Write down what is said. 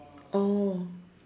oh